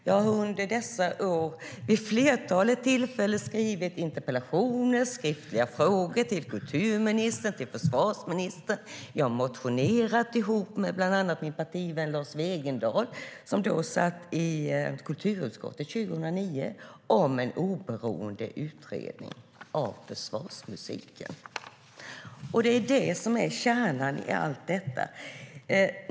Jag har under dessa år vid ett flertal tillfällen skrivit interpellationer och skriftliga frågor till kulturministern och till försvarsministern, och jag har motionerat tillsammans med min partivän Lars Wegendal som då - 2009 - satt i kulturutskottet om en oberoende utredning av försvarsmusiken. Det är det som är kärnan i allt detta.